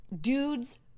Dudes